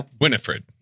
Winifred